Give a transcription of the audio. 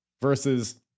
versus